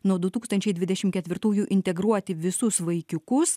nuo du tūkstančiai dvidešim ketvirtųjų integruoti visus vaikiukus